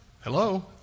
hello